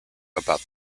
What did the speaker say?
about